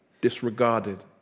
disregarded